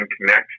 connect